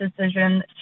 decision